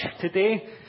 today